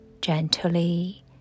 gently